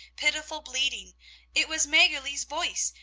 pitiful bleating it was maggerli's voice,